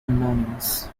anonymous